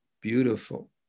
beautiful